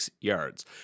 yards